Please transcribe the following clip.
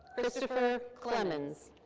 christopher clemens.